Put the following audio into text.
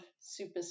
super